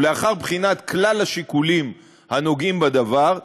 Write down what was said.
ולאחר בחינת כלל השיקולים הנוגעים בדבר,